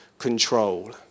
control